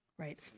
right